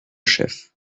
chefs